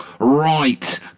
Right